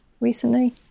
recently